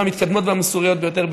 גם המתקדמת והמוסרית ביותר,